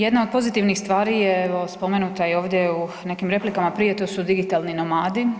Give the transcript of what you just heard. Jedna od pozitivnih stvari je, evo spomenuta je ovdje u nekim replikama prije, to su digitalni nomadi.